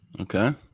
Okay